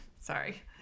Sorry